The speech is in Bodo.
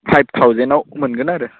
फाइफ थावजेनाव मोनगोन आरो